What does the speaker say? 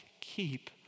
keep